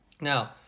Now